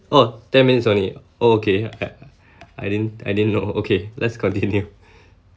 oh ten minutes only okay I I didn't I didn't know okay let's continue